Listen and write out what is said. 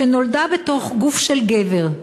שנולדה בתוך גוף של גבר: